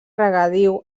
regadiu